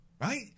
right